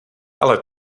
ale